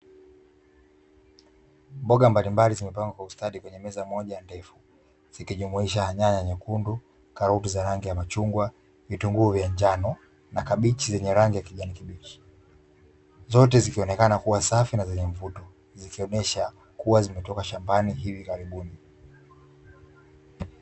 Mboga mbalimbali zimepangwa kwa ustadi kwenye meza moja ndefu. Zikijumuisha: nyanya nyekundu, karoti za rangi ya machungwa, vitunguu vya njano na kabichi zenye rangi ya kijani kibichi. Zote zikionekana kua safi na zenye mvuto, zikionesha kuwa zimetoka shambani hivi karibuni.